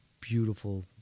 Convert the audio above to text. beautiful